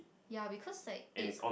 ya because like eight